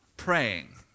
Praying